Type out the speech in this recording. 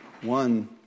one